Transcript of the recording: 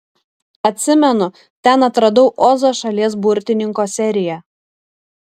atsimenu ten atradau ozo šalies burtininko seriją